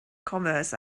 commerce